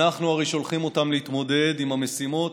אנחנו הרי שולחים אותם להתמודד עם המשימות